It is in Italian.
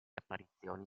apparizioni